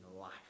life